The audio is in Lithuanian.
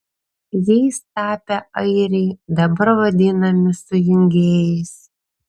jais tapę airiai dabar vadinami sujungėjais